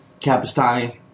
Capistani